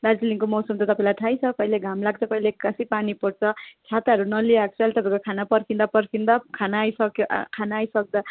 दार्जिलिङको मौसम त तपाईँलाई थाहै छ कहिले घाम लाग्छ कहिले एक्कासी पानी पर्छ छाताहरू नलिई आएको छ खाना पर्खिँदा पर्खिँदा खाना आइसक्यो आ खाना आइसक्दा